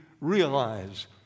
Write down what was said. realize